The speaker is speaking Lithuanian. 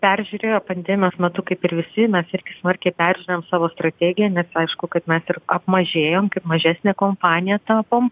peržiūrėjo pandemijos metu kaip ir visi mes irgi smarkiai peržiūrėjom savo strategiją nes aišku kad mes ir apmažėjom mažesnė kompanija tapom